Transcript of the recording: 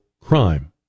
crime